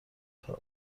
کار